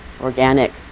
organic